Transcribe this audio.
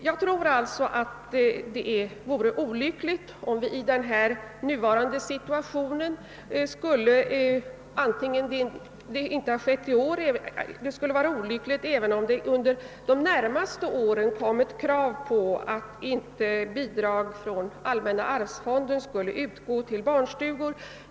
Jag tror alltså att det i nuvarande situation vore olyckligt om det under de närmaste åren kommer ett krav på att bidrag från allmänna arvsfonden inte skall utgå till barnstugor.